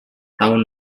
tahun